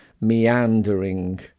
meandering